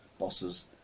Bosses